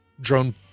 drone